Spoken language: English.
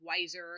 wiser